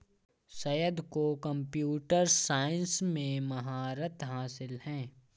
सैयद को computer science में महारत हासिल है